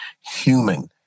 human